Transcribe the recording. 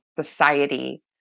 society